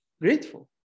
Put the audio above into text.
grateful